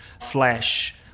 flash